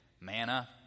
Manna